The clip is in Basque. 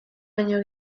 baino